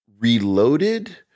Reloaded